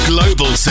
Global